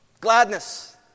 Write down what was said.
Gladness